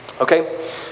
Okay